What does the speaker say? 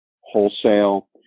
wholesale